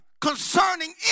concerning